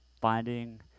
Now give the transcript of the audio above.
finding